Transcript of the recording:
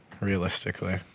realistically